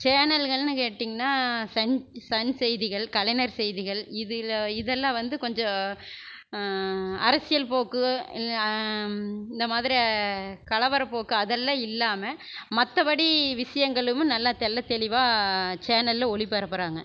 சேனல்கள்ன்னு கேட்டிங்கனா Sun Sun செய்திகள் கலைஞர் செய்திகள் இதில் இதெல்லாம் வந்து கொஞ்சம் அரசியல் போக்கு இந்த மாதிரி கலவரப்போக்கு அதெல்லாம் இல்லாமல் மற்றபடி விசயங்களுமும் நல்லா தெள்ளத்தெளிவாக சேனலில் ஒளி பரப்புகிறாங்க